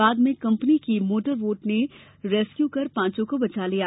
बाद में कंपनी की मोटरवोट ने रेस्क्यू कर पांचों को बचा लिया